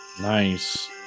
Nice